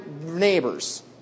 neighbors